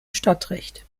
stadtrecht